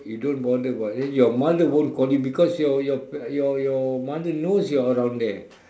you don't bother about eh your mother won't call you because your your your your mother knows you're around there